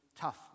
tough